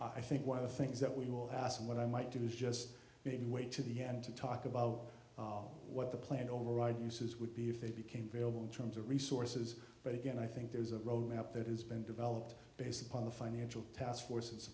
i think one of the things that we will ask and what i might do is just the way to the end to talk about what the plan override uses would be if they became variable in terms of resources but again i think there's a roadmap that has been developed based upon the financial taskforce